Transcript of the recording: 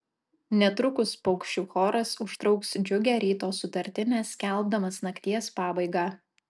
netrukus paukščių choras užtrauks džiugią ryto sutartinę skelbdamas nakties pabaigą